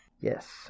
Yes